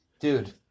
Dude